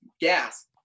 gas